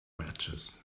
matches